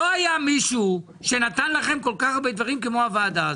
לא היה מישהו שנתן לכם כל כך הרבה דברים כמו הוועדה הזאת,